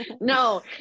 No